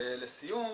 ולסיום